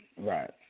Right